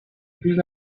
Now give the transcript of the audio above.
plus